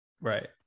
Right